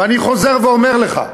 ואני חוזר ואומר לך,